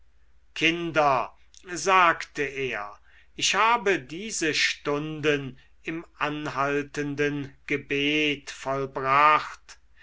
kinder sagte er ich habe diese stunden im anhaltenden gebet vollbracht